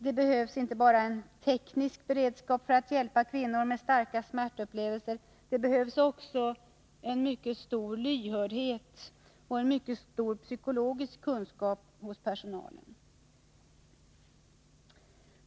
Det behövs inte bara en teknisk beredskap för att hjälpa kvinnor med starka smärtupplevelser utan också mycket stor lyhördhet och psykologisk kunskap hos personalen.